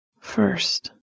First